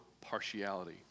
partiality